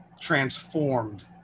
transformed